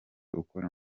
ukora